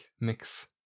mix